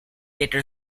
later